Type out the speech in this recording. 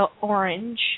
orange